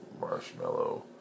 marshmallow